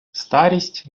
старість